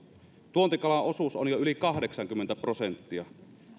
tuontikalan osuus on jo yli kahdeksankymmentä prosenttia